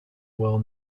well